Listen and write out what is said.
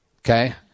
Okay